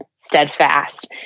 steadfast